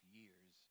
years